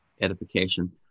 edification